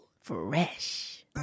Fresh